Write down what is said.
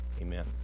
amen